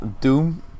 Doom